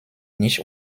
nicht